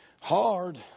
Hard